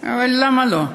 אבל למה לא?